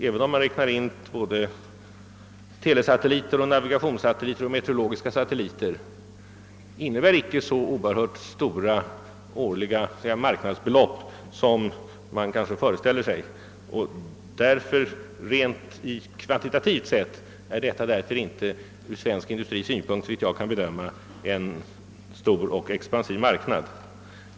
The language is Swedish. även om man räknar in både telesatelliter, navigationssatelliter och meteorologiska satelliter, betyder satellitmarknaden inte så stora årliga marknadsbelopp som man kanske föreställer sig. Rent kvantitativt sett är detta därför inte ur svensk synpunkt, såvitt jag kan bedöma, en stor och expansiv marknad.